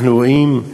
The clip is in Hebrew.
אנחנו רואים,